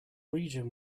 region